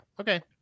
Okay